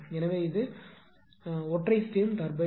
எனவே இது ஒற்றை ஸ்டீம் டர்பைன்